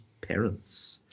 parents